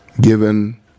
given